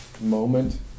moment